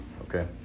Okay